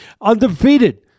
undefeated